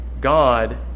God